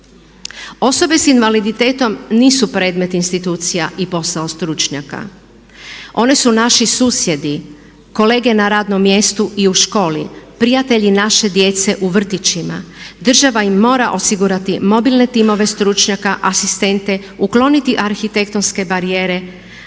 Osobe s invaliditetom nisu predmet institucija i posao stručnjaka, one su naši susjedi, kolege na radnom mjestu i u školi, prijatelji naše djece u vrtićima država im mora osigurati mobilne timove stručnjaka, asistente, ukloniti arhitektonske barijere